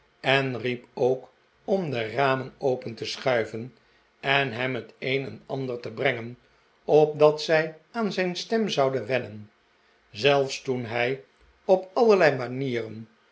en riep ook om de ramen open te schuiven en hem het een en ander te brengen opdat zij aan zijn stem zouden wennen zelfs toen hij op allerlei manieren